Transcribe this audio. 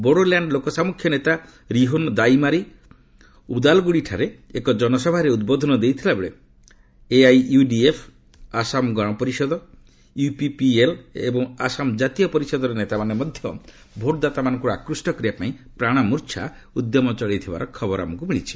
ବୋଡଲାଣ୍ଡ ଲୋକସାମ୍ମୁଖ୍ୟ ନେତା ରିହୋନ ଦାଇମାରି ଉଦାଲଗୁଡ଼ିଠାରେ ଏକ ଜନସଭାରେ ଉଦ୍ବୋଧନ ଦେଇଥିବା ବେଳେ ଏଆଇୟୁଡିଏଫ୍ ଆସୋମ ଗଣପରିଷଦ ୟୁପିପିଏଲ୍ ଏବଂ ଆସାମ ଜାତୀୟ ପରିଷଦର ନେତାମାନେ ମଧ୍ୟ ଭୋଟଦାତାମାନଙ୍କୁ ଆକ୍ରୁଷ୍ଟ କରିବା ପାଇଁ ପ୍ରାଣମୂର୍ଚ୍ଚା ଉଦ୍ୟମ ଚଳାଇଥିବାର ଖବର ଆମକୁ ମିଳିଛି